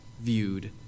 viewed